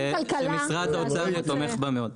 שמשרד האוצר תומך בה מאוד.